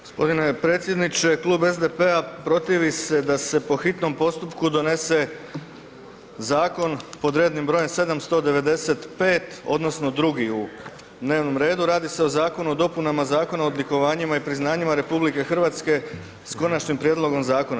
G. Predsjedniče, Klub SDP-a protivi se da se po hitnom postupku donese zakon pod rednim br. 795. odnosno drugi u dnevnom redu, radi se o Zakonu o dopunama Zakona o odlikovanjima i priznanjima RH s Konačnim prijedlogom zakona.